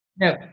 no